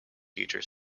teacher